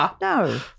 No